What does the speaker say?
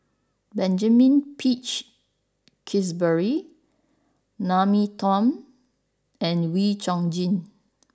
Benjamin Peach Keasberry Naomi Tan and Wee Chong Jin